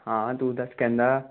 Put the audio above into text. ਹਾਂ ਤੂੰ ਦੱਸ ਕਹਿੰਦਾ